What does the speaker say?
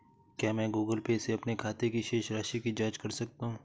क्या मैं Google Pay से अपने खाते की शेष राशि की जाँच कर सकता हूँ?